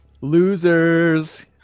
Losers